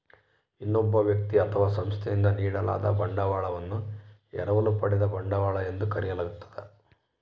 ಇನ್ನೊಬ್ಬ ವ್ಯಕ್ತಿ ಅಥವಾ ಸಂಸ್ಥೆಯಿಂದ ನೀಡಲಾದ ಬಂಡವಾಳವನ್ನು ಎರವಲು ಪಡೆದ ಬಂಡವಾಳ ಎಂದು ಕರೆಯಲಾಗ್ತದ